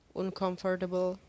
uncomfortable